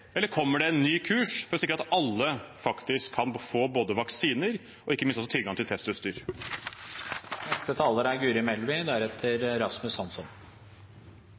eller kommer det en ny kurs, slik at alle faktisk kan få både vaksiner og ikke minst også tilgang